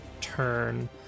turn